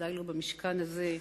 ודאי לא במשכן הזה,